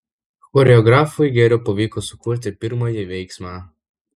choreografui geriau pavyko sukurti pirmąjį veiksmą